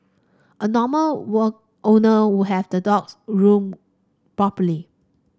a normal were owner would have the dogs groomed properly